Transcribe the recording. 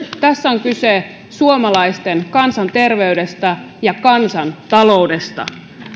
tässä on kyse suomalaisten kansanterveydestä ja kansantaloudesta